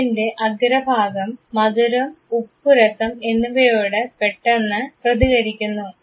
നാവിൻറെ അഗ്രഭാഗം മധുരം ഉപ്പുരസം എന്നിവയോട് പെട്ടെന്ന് പ്രതികരിക്കുന്നു